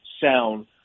sound